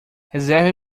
reserve